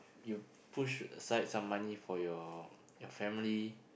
you push aside some money for your your family